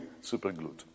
super-glued